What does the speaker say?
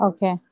Okay